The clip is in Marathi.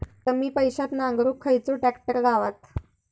कमी पैशात नांगरुक खयचो ट्रॅक्टर गावात?